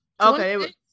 okay